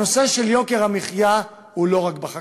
הנושא של יוקר המחיה לא קיים רק בחקלאות,